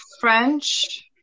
French